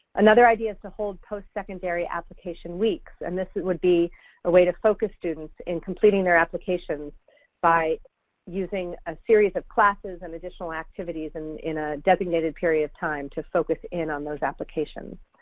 another idea is to hold postsecondary application weeks, and this would be a way to focus students in completing their applications by using a series of classes and additional activities and in a designated period of time to focus in on those applications.